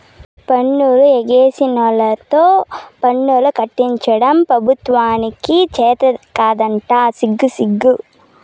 పన్నులు ఎగేసినోల్లతో పన్నులు కట్టించడం పెబుత్వానికి చేతకాదంట సిగ్గుసిగ్గు